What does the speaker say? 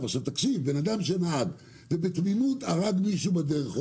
בן-אדם שנהג ובתמימות הרג מישהו בדרך או